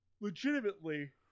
legitimately